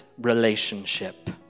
relationship